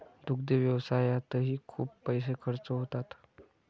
दुग्ध व्यवसायातही खूप पैसे खर्च होतात